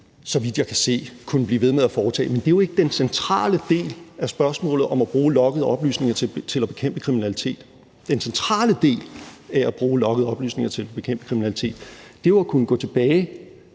så vidt jeg kan se, kunne blive ved med at foretage, men det er jo ikke den centrale del af spørgsmålet om at bruge loggede oplysninger til at bekæmpe kriminalitet. Den centrale del af at bruge loggede oplysninger til at bekæmpe kriminalitet er jo at kunne gå tilbage,